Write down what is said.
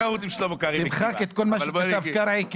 תמחק את כל מה שכתב קרעי,